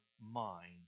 mind